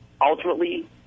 ultimately